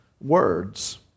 words